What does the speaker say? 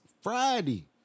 Friday